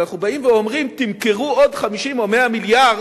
אבל אנחנו באים ואומרים: תמכרו עוד 50 או 100 מיליארד,